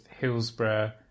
Hillsborough